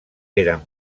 eren